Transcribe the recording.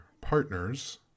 Partners